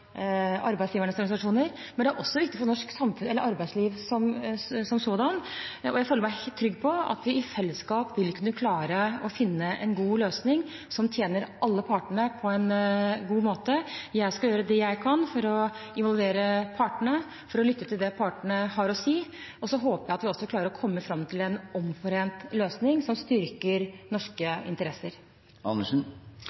norsk arbeidsliv som sådan, og jeg føler meg trygg på at vi i fellesskap vil kunne klare å finne en god løsning som tjener alle partene på en god måte. Jeg skal gjøre det jeg kan for å involvere partene, lytte til det partene har å si, og så håper jeg at vi også klarer å komme fram til en omforent løsning som styrker norske